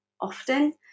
often